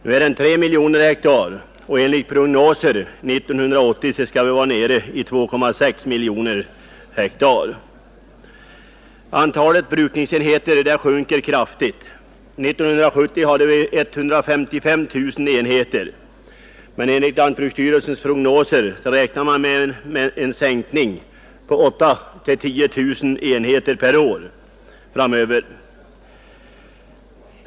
Nu är den 3 miljoner hektar, och enligt prognoser skall den år 1980 vara nere i 2,6 miljoner hektar. Antalet brukningsenheter sjunker kraftigt. Är 1970 hade vi 155 000 enheter. Enligt lantbruksstyrelsens prognoser räknar man med en sänkning med 8 000—10 000 enheter per år framöver.